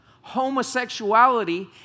homosexuality